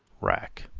rack,